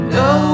no